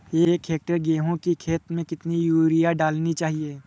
एक हेक्टेयर गेहूँ की खेत में कितनी यूरिया डालनी चाहिए?